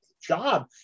job